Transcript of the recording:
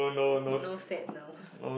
no sad now